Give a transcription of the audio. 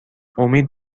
امید